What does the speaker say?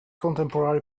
contemporary